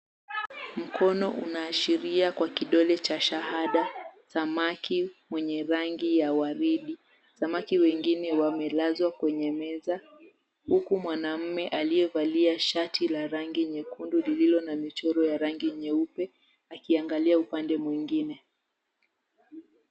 Mkono unaashiria kwa kidole cha shaada samaki mwenye rangi ya waridi, samaki wengine wamelazwa kwenye meza huku mwanaume aliyevalia shati la rangi nyekundu lililo na michoro ya rangi nyeupe akiangalia upande mwingine.